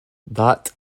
that